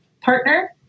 partner